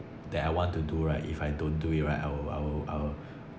that I want to do right if I don't do it right I'll I'll I'll